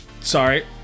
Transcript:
sorry